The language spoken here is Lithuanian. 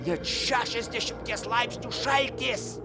net šešiasdešimties laipsnių šaltis